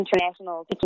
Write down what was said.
international